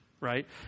right